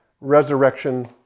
resurrection